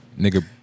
nigga